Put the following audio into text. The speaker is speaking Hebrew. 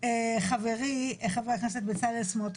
חברי ח"כ בצלאל סמוטריץ'.